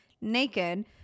naked